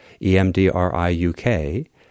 EMDRI-UK